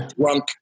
drunk